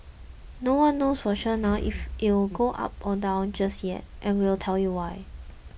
no one knows for sure now if it will go up or down just yet and we'll tell you why